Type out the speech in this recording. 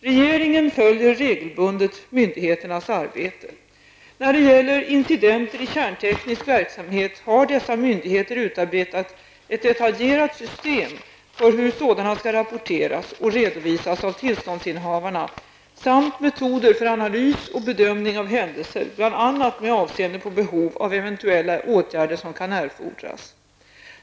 Regeringen följer regelbundet myndigheternas arbete. När det gäller incidenter i kärnteknisk verksamhet har dessa myndigheter utarbetat ett detaljerat system för hur sådana skall rapporteras och redovisas av tillståndsinnehavarna samt metoder för analys och bedömning av händelser bl.a. med avseende på behov av eventuella åtgärder som kan erfordras.